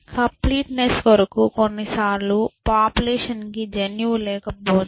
complete Nes కొరకు కొన్నిసార్లు పాపులేషన్కి జన్యువు లేకపోవచ్చు